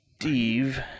Steve